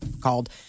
called